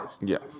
Yes